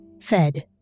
Fed